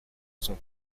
son